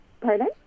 Pardon